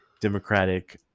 Democratic